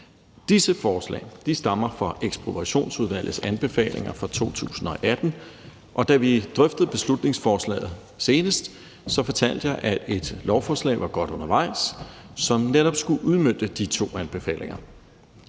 Disse forslag stammer fra Ekspropriationsudvalgets anbefalinger fra 2018. Og da vi drøftede beslutningsforslaget senest, fortalte jeg, at et lovforslag, som netop skulle udmønte de to anbefalinger,